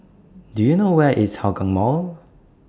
Do YOU know Where IS Hougang Mall